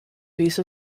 piece